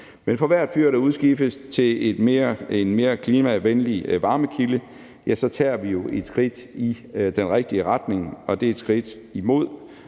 Men for hvert fyr, der udskiftes med en mere klimavenlig varmekilde, tager vi jo et skridt i den rigtige retning, og det er et skridt hen